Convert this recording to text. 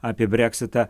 apie breksitą